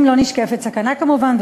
ואם לא נשקפת סכנה כמובן.